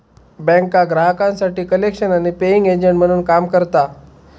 बँका ग्राहकांसाठी कलेक्शन आणि पेइंग एजंट म्हणून काम करता